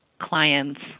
clients